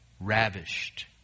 ravished